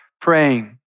praying